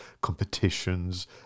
competitions